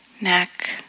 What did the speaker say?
neck